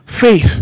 Faith